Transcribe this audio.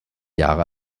jahre